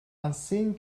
unseen